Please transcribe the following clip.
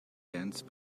dance